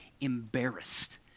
embarrassed